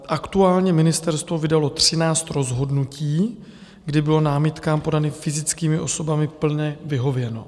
Aktuálně ministerstvo vydalo 13 rozhodnutí, kdy bylo námitkám podaným fyzickými osobami plně vyhověno.